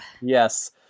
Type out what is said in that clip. Yes